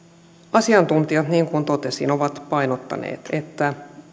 asiantuntijat niin kuin totesin ovat painottaneet että